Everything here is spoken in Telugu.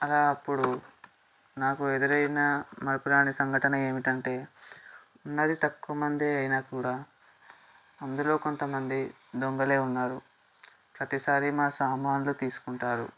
అలా అప్పుడు నాకు ఎదురైన మరపురాని సంఘటన ఏమిటంటే ఉన్నది తక్కువ మందే అయినా కూడా అందులో కొంత మంది దొంగలే ఉన్నారు ప్రతిసారి మా సామాన్లు తీసుకుంటారు